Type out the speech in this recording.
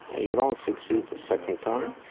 you don't succeed the second time,